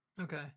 Okay